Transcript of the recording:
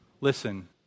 Listen